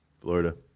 Florida